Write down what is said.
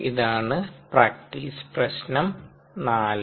ഇതാണ് പ്രാക്ടീസ് പ്രശ്നം 4